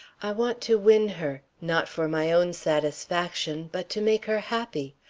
i want to win her, not for my own satisfaction, but to make her happy.